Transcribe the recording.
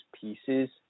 pieces